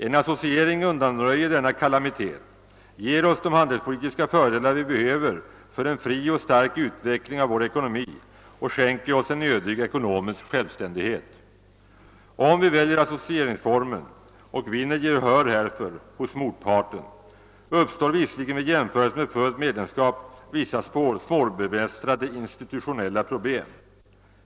En associering undanröjer denna kalamitet, ger oss de handelspolitiska fördelar vi behöver för en fri och stark utveckling av vår ekonomi och skänker oss en nödig ekonomisk självständighet. Om vi väljer associeringsformen och vinner gehör härför hos motparten uppstår visserligen vid jämförelse med fullt medlemskap vissa svårbemästrade «institutionella problem.